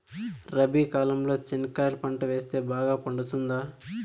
రబి కాలంలో చెనక్కాయలు పంట వేస్తే బాగా పండుతుందా?